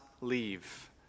leave